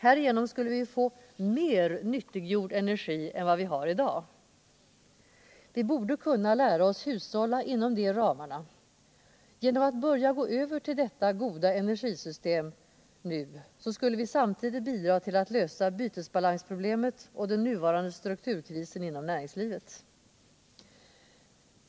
Härigenom skulle vi få mer nyttiggjord energi än vad vi har i dag. Vi borde kunna lära oss hushålla inom de ramarna. Genom att börja gå över till detta goda energisystem nu skulle vi samtidigt bidra till att lösa bytesbalansproblemet och den nuvarande strukturkrisen inom näringslivet.